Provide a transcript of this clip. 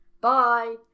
Bye